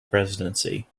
presidency